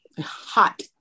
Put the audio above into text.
hot